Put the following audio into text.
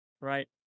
right